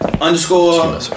Underscore